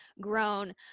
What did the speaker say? grown